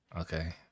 Okay